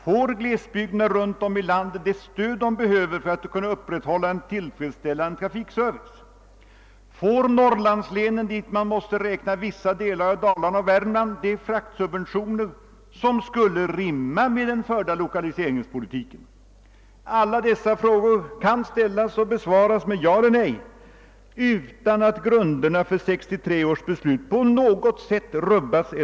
Får glesbygderna runt om i landet det stöd de behöver för att kunna upprätthålla en tillfredsställande trafikservice? Får Norrlandslänen, dit man måste räkna vissa delar av Dalarna och Värmland, de fraktsubventioner som skulle rimma med den förda lokaliseringspolitiken? Alla dessa frågor kan ställas och besvaras med ja eller nej utan att grunderna för 1963 års beslut på något sätt rubbas.